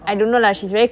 oh